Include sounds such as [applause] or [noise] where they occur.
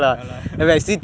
ya lah [laughs]